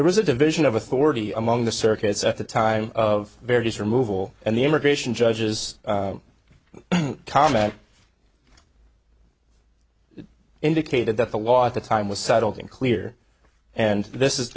there was a division of authority among the circuits at the time of various removal and the immigration judges comment indicated that the law at the time was settled in clear and this is